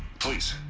please!